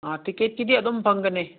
ꯇꯤꯛꯀꯦꯠꯀꯤꯗꯤ ꯑꯗꯨꯝ ꯐꯪꯒꯅꯤ